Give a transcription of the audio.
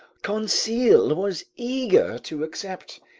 conseil was eager to accept,